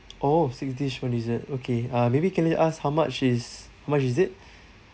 oh six dish one dessert okay uh maybe can we ask how much is how much is it